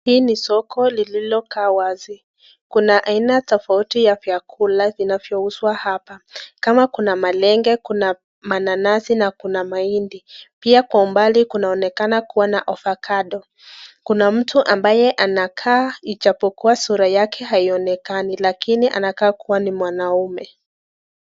Hii ni soko lililo kaa wazi, Kuna aina tofauti ya vyakula zinavyouzwa hapa. Kama kuna malenge, kuna mananasi na kuna mahindi . Pia kwa umbali kunaoneka kuwa na avocado .Kuna mtu ambaye anakaa ijapokuwa sura yake haionekani lakini anakaa kuwa ni mwanaume.